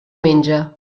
menja